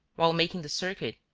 while making the circuit,